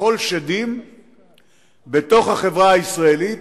מחול שדים בתוך החברה הישראלית,